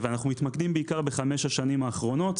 אנחנו מתמקדים בעיקר בחמש השנים האחרונות.